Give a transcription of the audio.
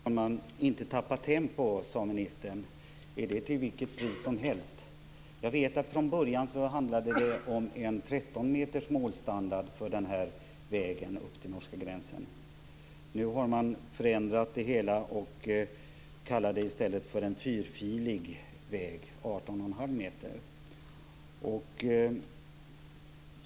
Herr talman! Inte tappa tempo, sade ministern. Är det till vilket pris som helst? Från början handlade det om 13 meters målstandard för vägen till norska gränsen. Nu har man förändrat det hela, och kallar det i stället för en fyrfilig väg på 18 1⁄2 meter.